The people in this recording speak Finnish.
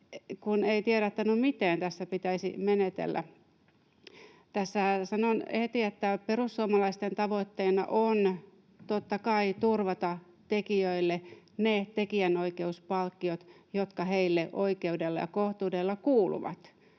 ei tiedä, miten tässä pitäisi menetellä. Tässä sanon heti, että perussuomalaisten tavoitteena on, totta kai, turvata tekijöille ne tekijänoikeuspalkkiot, jotka heille oikeudella ja kohtuudella kuuluvat.